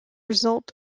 result